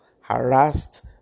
harassed